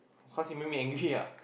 cause he made me angry ah